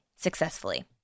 successfully